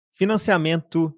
financiamento